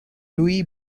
louis